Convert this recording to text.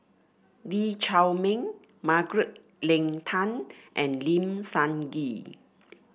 Lee Chiaw Meng Margaret Leng Tan and Lim Sun Gee